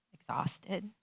exhausted